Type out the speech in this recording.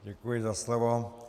Děkuji za slovo.